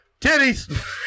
titties